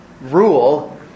rule